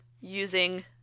using